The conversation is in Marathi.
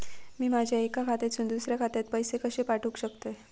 मी माझ्या एक्या खात्यासून दुसऱ्या खात्यात पैसे कशे पाठउक शकतय?